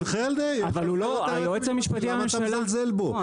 אבל היועץ המשפטי לממשלה -- אבל למה אתה מזלזל בו?